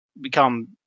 become